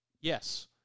yes